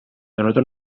denota